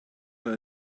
her